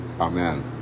Amen